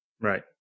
Right